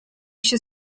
się